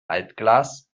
altglas